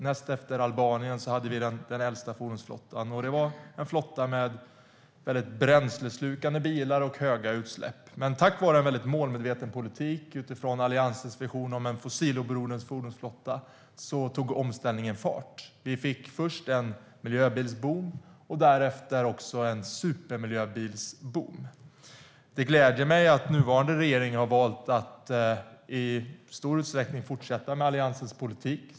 Näst efter Albanien hade vi den äldsta fordonsflottan. Det var en flotta med väldigt bränsleslukande bilar och höga utsläpp. Men tack vare en målmedveten politik, utifrån Alliansens vision om en fossiloberoende fordonsflotta, tog omställningen fart. Vi fick först en miljöbilsboom och därefter också en supermiljöbilsboom. Det gläder mig att nuvarande regering har valt att i stor utsträckning fortsätta med Alliansens politik.